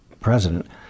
president